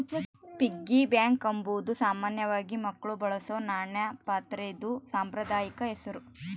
piggy bank ಅಂಬಾದು ಸಾಮಾನ್ಯವಾಗಿ ಮಕ್ಳು ಬಳಸೋ ನಾಣ್ಯ ಪಾತ್ರೆದು ಸಾಂಪ್ರದಾಯಿಕ ಹೆಸುರು